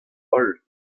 holl